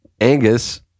Angus